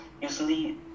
Usually